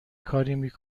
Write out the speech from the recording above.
کاری